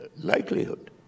likelihood